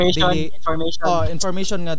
information